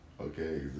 Okay